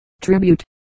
Tribute